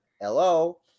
hello